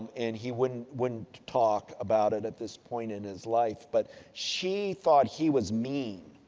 and he wouldn't wouldn't talk about it at this point in his life. but, she thought he was mean,